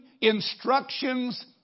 instructions